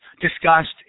discussed